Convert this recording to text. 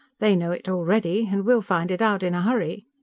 they know it already and we'll find it out in a hurry!